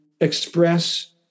express